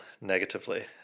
negatively